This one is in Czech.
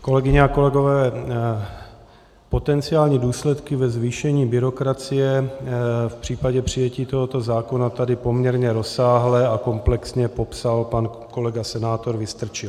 Kolegyně a kolegové, potenciální důsledky ve zvýšení byrokracie v případě přijetí tohoto zákona tady poměrně rozsáhle a komplexně popsal pan kolega senátor Vystrčil.